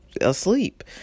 asleep